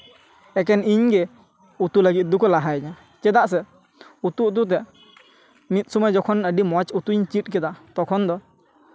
ᱮᱠᱮᱱ ᱤᱧ ᱜᱮ ᱩᱛᱩ ᱞᱟᱹᱜᱤᱫ ᱫᱚᱠᱚ ᱞᱟᱦᱟᱭᱤᱧᱟᱹ ᱪᱮᱫᱟᱜ ᱥᱮ ᱩᱛᱩᱼᱩᱛᱩ ᱛᱮ ᱢᱤᱫ ᱥᱚᱢᱚᱭ ᱡᱚᱠᱷᱚᱱ ᱟᱹᱰᱤ ᱢᱚᱡᱽ ᱩᱛᱩᱧ ᱪᱮᱫ ᱠᱮᱫᱟ ᱛᱚᱠᱷᱚᱱ ᱫᱚ